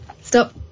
Stop